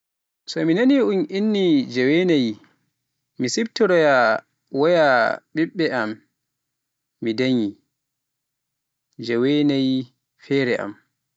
So mi nani un inni ni naayi mi siftoroya waya ɓiɓɓe am mi danyi ɓiɓɓe jeewenaayi fere am.